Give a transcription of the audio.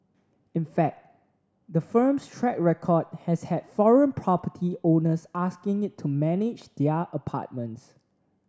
in fact the firm's track record has had foreign property owners asking it to manage their apartments